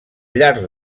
llarg